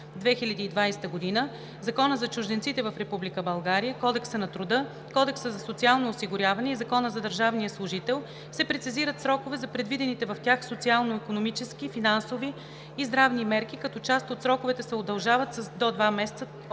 2020 г., Закона за чужденците в Република България, Кодекса на труда, Кодекса за социално осигуряване и Закона за държавния служител се прецизират срокове за предвидените в тях социално-икономически, финансови и здравни мерки, като част от сроковете се удължават с до два месеца от